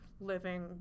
living